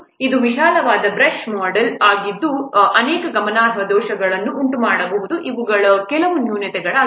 ಇದು ವಿಶಾಲವಾದ brush model ಆಗಿದ್ದು ಅದು ಅನೇಕ ಗಮನಾರ್ಹ ದೋಷಗಳನ್ನು ಉಂಟುಮಾಡಬಹುದು ಇವುಗಳು ಕೆಲವು ನ್ಯೂನತೆಗಳಾಗಿವೆ